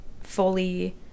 fully